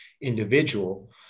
individual